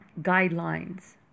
guidelines